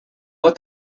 but